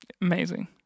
Amazing